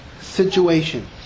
situation